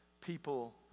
people